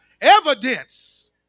evidence